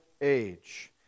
age